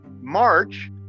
March